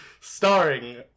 Starring